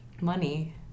money